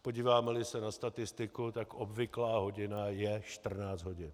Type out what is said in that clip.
Podívámeli se na statistiku, tak obvyklá hodina je 14 hodin.